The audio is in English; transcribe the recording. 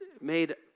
made